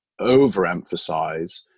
overemphasize